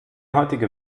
heutige